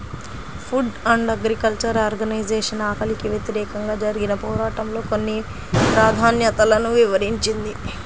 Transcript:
food and agriculture organisation ఆకలికి వ్యతిరేకంగా జరిగిన పోరాటంలో కొన్ని ప్రాధాన్యతలను వివరించింది